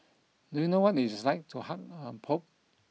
do you know what it is like to hug a pope